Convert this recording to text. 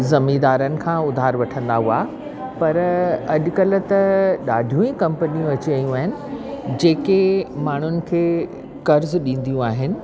ज़मीदारनि खां उधार वठंदा हुआ पर अॼुकल्ह त ॾाढियूं ई कंपनियूं अची वियूं आहिनि जेके माण्हुनि खे कर्ज़ ॾींदियूं आहिनि